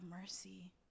mercy